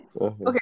Okay